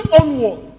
onward